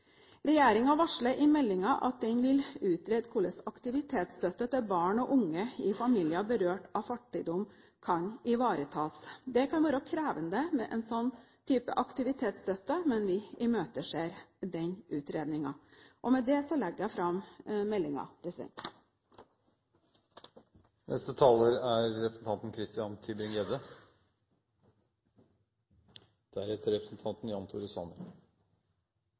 varsler i meldingen at den vil utrede hvordan aktivitetsstøtte til barn og unge i familier berørt av fattigdom kan ivaretas. Det kan være krevende med en sånn type aktivitetsstøtte, men vi imøteser utredningen. Med det anbefaler jeg